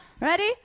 Ready